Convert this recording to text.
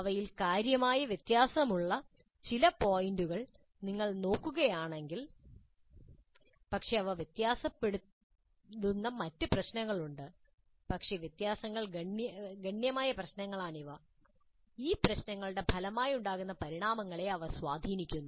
അവയിൽ കാര്യമായ വ്യത്യാസമുള്ള ചില പോയിൻറുകൾ നിങ്ങൾ നോക്കുകയാണെങ്കിൽ പക്ഷേ അവ വ്യത്യാസപ്പെടുന്ന മറ്റ് പ്രശ്നങ്ങളുണ്ട് പക്ഷേ വ്യത്യാസങ്ങൾ ഗണ്യമായ പ്രശ്നങ്ങളാണിവ ഈ സമീപനങ്ങളുടെ ഫലമായുണ്ടാകുന്ന പരിണാമങ്ങളെ അവ സ്വാധീനിക്കുന്നു